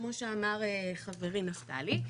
כמו שאמר חברי נפתלי,